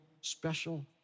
special